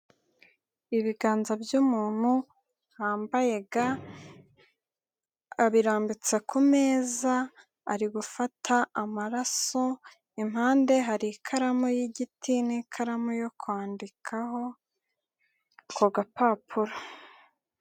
Ibiganza by'umuntu wambaye ga abirambitse ku meza ari gufata amaraso, impande hari ikaramu y'igiti n'ikaramu yo kwandikaho ku gapapuro.